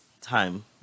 time